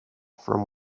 from